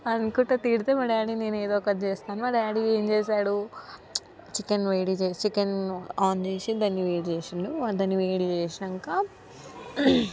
అనుకుంటు తిడితే మా డాడీ నేను ఏదోకటి చేస్తాను మా డాడీ ఏం చేసాడు చికెన్ వేడి చే చికెన్ ఆన్ చేసి దాన్ని వేడిచేసిండు దాన్ని వేడిచేసినాక